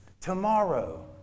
tomorrow